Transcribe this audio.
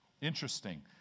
Interesting